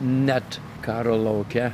net karo lauke